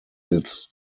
this